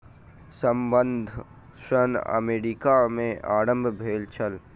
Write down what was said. संबंद्ध ऋण अमेरिका में आरम्भ भेल छल